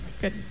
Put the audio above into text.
good